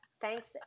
Thanks